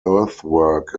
earthwork